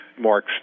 more